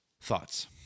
thoughts